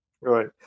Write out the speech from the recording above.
Right